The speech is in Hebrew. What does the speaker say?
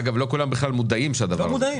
אגב, לא כולם בכלל מודעים לדבר הזה.